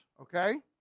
okay